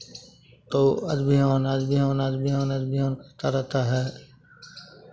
तो आज बिहान आज बिहान आज बिहान आज बिहान करता रहता है